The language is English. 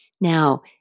Now